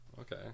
okay